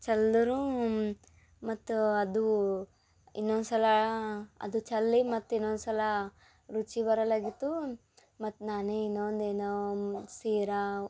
ಚೆಲ್ಲದ್ರು ಮತ್ತು ಅದು ಇನ್ನೊಂದು ಸಲ ಅದು ಚೆಲ್ಲಿ ಮತ್ತೆ ಇನ್ನೊಂದು ಸಲ ರುಚಿ ಬರಲಾಗಿತ್ತು ಮತ್ತು ನಾನೇ ಇನ್ನೊಂದು ಏನೋ ಶೀರಾ